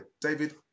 David